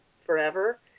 forever